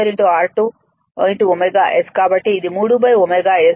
కాబట్టి ఇది 3 ωS